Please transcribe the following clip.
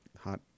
hot